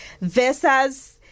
versus